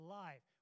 life